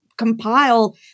compile